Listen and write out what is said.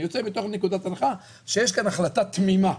אני יוצא מתוך נקודת הנחה שיש כאן החלטה תמימה.